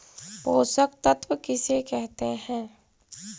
पोषक तत्त्व किसे कहते हैं?